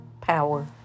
power